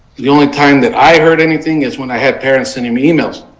the only time that i heard anything is when i had parents sent me emails.